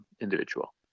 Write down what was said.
individual